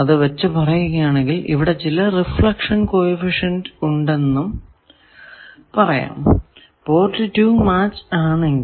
അത് വച്ച് പറയുകയാണെങ്കിൽ ഇവിടെ ചില റിഫ്ലക്ഷൻ കോ എഫിഷ്യന്റ് ഉണ്ടെന്നും പറയാം പോർട്ട് 2 മാച്ച് ആണെങ്കിൽ